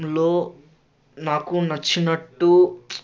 లో నాకు నచ్చినట్టు